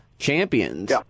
champions